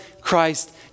Christ